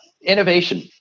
Innovation